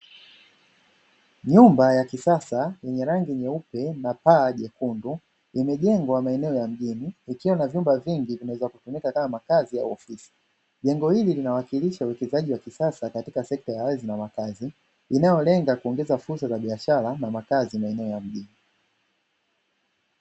Nyumba ya kisasa yenye paa jeupe na lilinyooka na paa jekundu limejengwa maeneo ya mjini likiwa na vyumba vingi vinavyoweza kutumika kama makazi au ofisi. Jengo hili linawakilisha uwekezaji wa kisasa katika sekta ya nyumba na makazi inayolenga kuongeza fursa za biashara na makazi maeneo ya mjini.